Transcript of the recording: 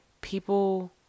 people